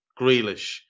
Grealish